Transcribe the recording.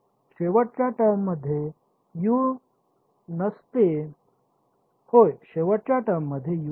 शेवटच्या टर्ममध्ये यू नसते होय शेवटच्या टर्ममध्ये यू नसतो